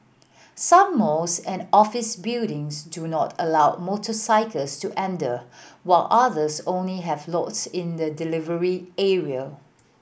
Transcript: some malls and office buildings do not allow motorcycles to enter while others only have lots in the delivery area